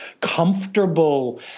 comfortable